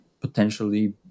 potentially